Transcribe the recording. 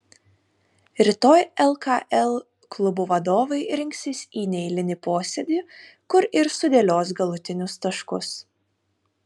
rytoj lkl klubų vadovai rinksis į neeilinį posėdį kur ir sudėlios galutinius taškus